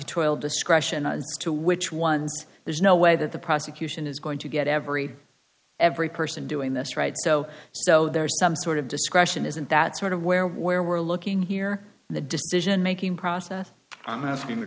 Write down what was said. prosecutorial discretion to which one there's no way that the prosecution is going to get every every person doing this right so so there's some sort of discretion isn't that sort of where where we're looking here the decision making process i'm asking the